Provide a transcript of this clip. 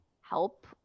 help